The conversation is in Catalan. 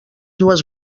dues